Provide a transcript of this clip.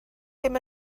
ddim